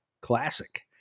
Classic